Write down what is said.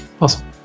Awesome